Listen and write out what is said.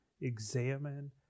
examine